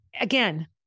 again